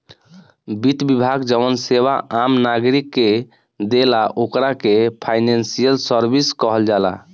वित्त विभाग जवन सेवा आम नागरिक के देला ओकरा के फाइनेंशियल सर्विस कहल जाला